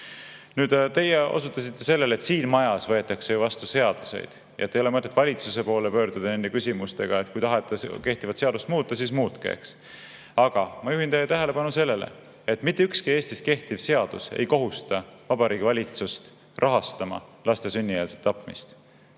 Nüüd teie osutasite sellele, et siin majas võetakse ju vastu seaduseid, ei ole mõtet valitsuse poole pöörduda nende küsimustega. "Kui tahate kehtivat seadust muuta, siis muutke." Aga ma juhin teie tähelepanu sellele, et mitte ükski Eestis kehtiv seadus ei kohusta Vabariigi Valitsust rahastama laste sünnieelset tapmist.